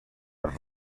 arte